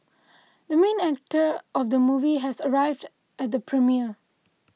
the main actor of the movie has arrived at the premiere